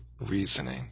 reasoning